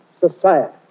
society